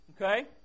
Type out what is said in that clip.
Okay